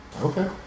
Okay